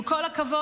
עם כל הכבוד,